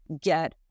get